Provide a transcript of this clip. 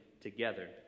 together